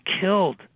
killed